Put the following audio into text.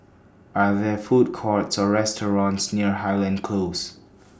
Are There Food Courts Or restaurants near Highland Close